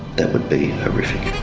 that would be horrific.